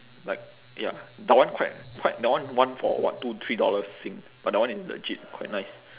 like ya that one quite quite that one one for what two three dollars sing but that one is legit quite nice